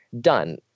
done